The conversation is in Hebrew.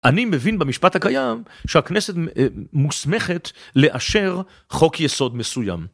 אני מבין במשפט הקיים שהכנסת מוסמכת לאשר חוק יסוד מסוים.